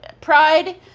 Pride